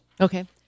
okay